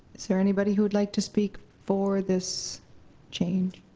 is there anybody who would like to speak for this change?